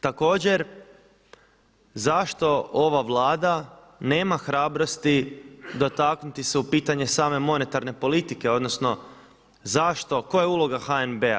Također zašto ova Vlada nema hrabrosti dotaknuti se u pitanje same monetarne politike, odnosno zašto, koja je uloga HNB-a?